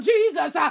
Jesus